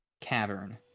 cavern